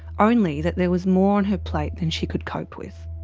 only that there was more on her plate than she could cope with.